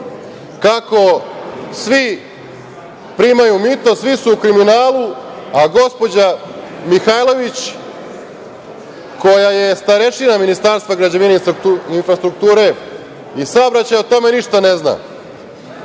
kako svi primaju mito, svi su u kriminalu, a gospođa Mihajlović, koja je starešina Ministarstva građevine, infrastrukture i saobraćaja, o tome ništa ne zna.